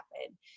happen